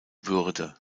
würde